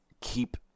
keep